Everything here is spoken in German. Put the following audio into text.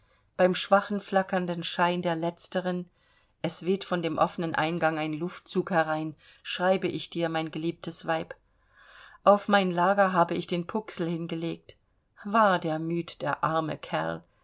beim schwachen flackernden schein der letzteren es weht von dem offenen eingang ein luftzug herein schreibe ich dir mein geliebtes weib auf mein lager habe ich den puxl hingelegt war der müd der arme kerl